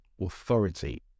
authority